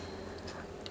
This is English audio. <S<